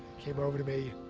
came over to me